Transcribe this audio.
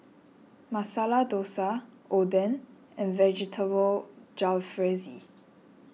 Masala Dosa Oden and Vegetable Jalfrezi